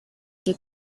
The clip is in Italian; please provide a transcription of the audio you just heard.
che